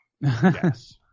Yes